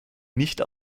nicht